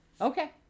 Okay